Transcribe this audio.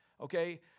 okay